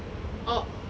or